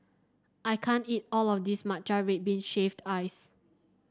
I can't eat all of this Matcha Red Bean Shaved Ice